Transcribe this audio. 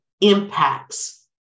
impacts